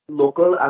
local